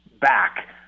back